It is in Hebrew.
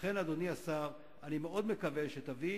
לכן, אדוני השר, אני מאוד מקווה שתביא